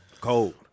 Cold